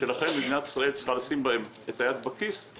שלכן מדינת ישראל צריכה לשים בהם את היד בכיס,